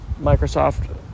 Microsoft